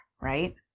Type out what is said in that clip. right